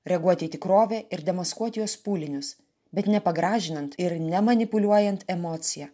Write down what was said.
reaguoti į tikrovę ir demaskuoti jos pūlinius bet nepagražinant ir nemanipuliuojant emocija